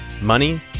Money